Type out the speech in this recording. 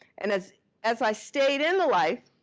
and as as i stayed in the life,